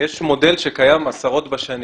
מודל שקיים עשרות בשנים